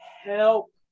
Help